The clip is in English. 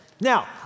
Now